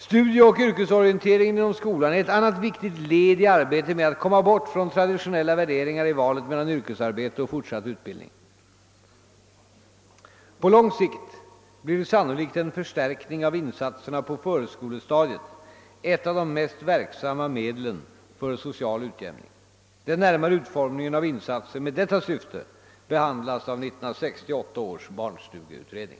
Studieoch yrkesorienteringen inom skolan är ett annat viktigt led i arbetet med att komma bort från traditionella värderingar i valet mellan yrkesarbete och fortsatt utbildning. På lång sikt blir sannolikt en förstärkning av insatserna på förskolestadiet ett av de mest verksamma medlen för social utjämning. Den närmaste utformningen av insatser med detta syfte behandlas av 1968 års barnstugeutredning.